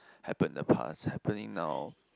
happened in the past happening now